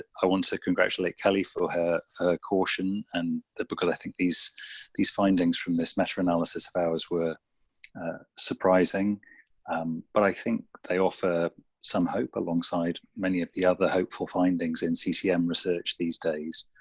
ah i want to congratulate kelly for her caution and because i think these these findings from this meta-analysis of ours were surprising um but i think they offer some hope alongside many of the other hopeful findings in ccm research these days.